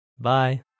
Bye